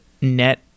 net